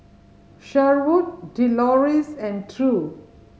Sherwood Deloris and True